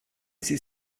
sie